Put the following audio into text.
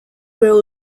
grow